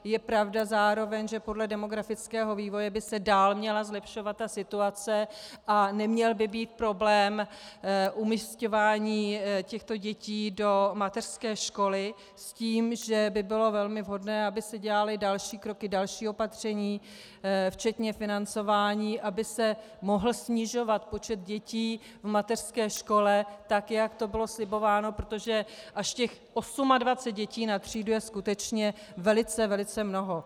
Je zároveň pravda, že podle demografického vývoje by se dál měla zlepšovat ta situace a neměl by být problém umisťování těchto dětí do mateřské školy s tím, že by bylo velmi vhodné, aby se dělaly další kroky, další opatření, včetně financování, aby se mohl snižovat počet dětí v mateřské škole, tak jak to bylo slibováno, protože až těch 28 dětí na třídu je skutečně velice, velice mnoho.